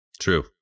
True